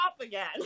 again